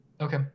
Okay